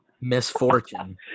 misfortune